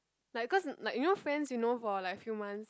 like cause mm like you know friends you know for like few months